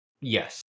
Yes